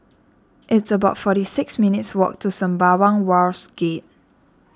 it's about forty six minutes' walk to Sembawang Wharves Gate